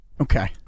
Okay